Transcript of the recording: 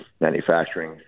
manufacturing